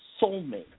soulmate